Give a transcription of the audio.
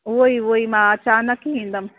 उह्ई उहेई मां अचानक ई ईंदमि